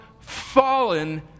fallen